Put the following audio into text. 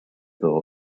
thought